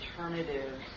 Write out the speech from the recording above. alternatives